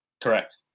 Correct